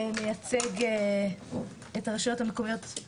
מייצג את הרשויות המקומיות גם בחוק הזה.